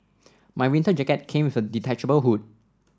my winter jacket came with a detachable hood